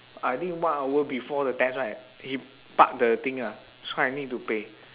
I think one hour before the test right he park the thing ah so I need to pay